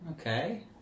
Okay